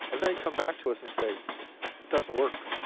and they'd come back to us and say, it doesn't work.